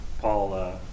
paul